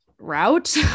route